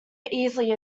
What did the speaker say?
easily